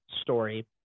story